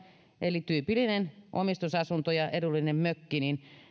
eli tyypillinen omistusasunto ja edullinen mökki